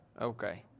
Okay